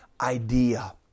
idea